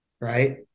right